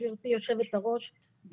גברתי יושבת הראש,